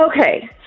Okay